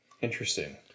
Interesting